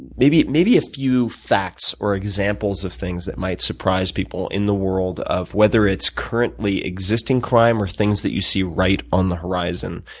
maybe maybe a few facts or examples of things that might surprise people in the world, whether it's currently existing crime or things that you see right on the horizon,